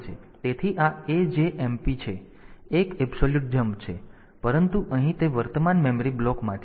તેથી આ AJMP છે તે એક એબ્સોલ્યુટ જમ્પ છે પરંતુ અહીં તે વર્તમાન મેમરી બ્લોકમાંથી 2 કિલોબાઈટ સુધી મર્યાદિત છે